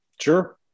Sure